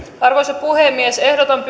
arvoisa puhemies ehdotan